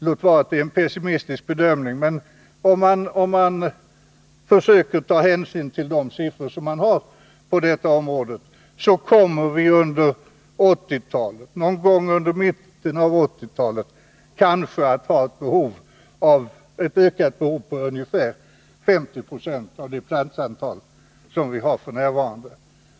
Låt vara att det är en pessimistisk bedömning, men om man försöker ta hänsyn till de siffror som vi har på detta område, så blir resultatet att vi någon gång i mitten av 1989-talet kanske kommer att ha ett ökat behov på ungefär 50 96 av det platsantal som vi har f. n.